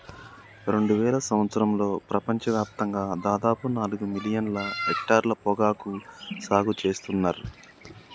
రెండువేల సంవత్సరంలో ప్రపంచ వ్యాప్తంగా దాదాపు నాలుగు మిలియన్ల హెక్టర్ల పొగాకు సాగు సేత్తున్నర్